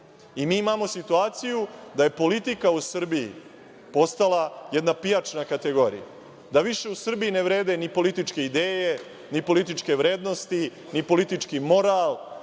i mi imamo situaciju da je politika u Srbiji postala jedna pijačna kategorija, da više u Srbiji ne vrede ni političke ideje, ni političke vrednosti, ni politički moral,